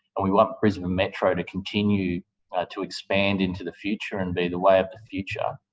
and we want brisbane metro to continue to expand into the future and be the way of the future,